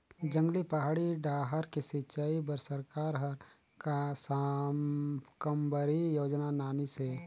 जंगली, पहाड़ी डाहर के सिंचई बर सरकार हर साकम्बरी योजना लानिस हे